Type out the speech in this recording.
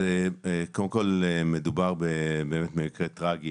מדובר במקרה טרגי